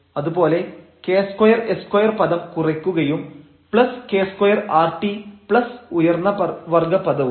അതുപോലെ k2 s2 പദം കുറയ്ക്കുകയും k2 rt ഉയർന്ന വർഗ്ഗ പദവും